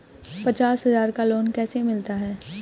पचास हज़ार का लोन कैसे मिलता है?